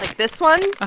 like this one. ah